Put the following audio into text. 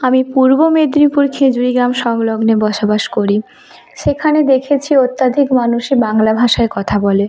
আমি পূর্ব মেদনীপুর খেজুরি গ্রাম সংলগ্নে বসবাস করি সেখানে দেখেছি অত্যাধিক মানুষে বাংলা ভাষায় কথা বলে